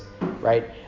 right